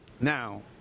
Now